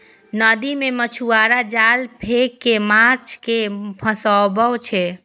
नदी मे मछुआरा जाल फेंक कें माछ कें फंसाबै छै